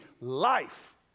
life